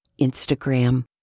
Instagram